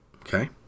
Okay